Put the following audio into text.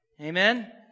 Amen